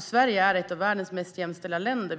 Sverige är ett av världens mest jämställda länder.